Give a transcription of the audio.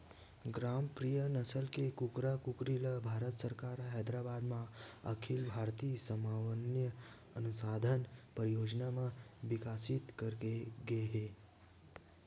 ग्रामप्रिया नसल के कुकरा कुकरी ल भारत सरकार ह हैदराबाद म अखिल भारतीय समन्वय अनुसंधान परियोजना म बिकसित करे गे हे